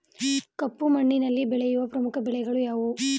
ಕಪ್ಪು ಮಣ್ಣಿನಲ್ಲಿ ಬೆಳೆಯುವ ಪ್ರಮುಖ ಬೆಳೆಗಳು ಯಾವುವು?